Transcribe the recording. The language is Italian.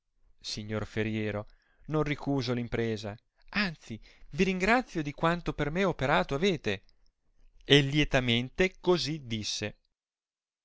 signor feriero non ricusa l impresa anzi vi ringrazio di quanto per me operato avete e lietamente così disse